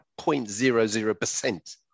0.00%